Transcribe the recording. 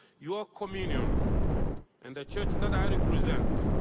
your communion and the church that i represent,